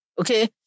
Okay